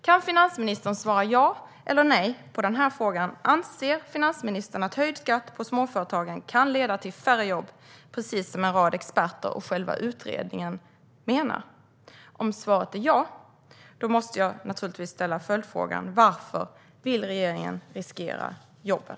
Kan finansministern svara ja eller nej på denna fråga: Anser finansministern att höjd skatt för småföretag kan leda till färre jobb, precis som en rad experter och själva utredningen menar? Om svaret är ja måste jag naturligtvis ställa följdfrågan varför regeringen vill riskera jobben.